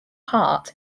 heart